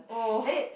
oh